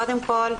קודם כל,